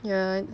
ya